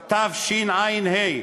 בתשע"ה,